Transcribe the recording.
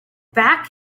back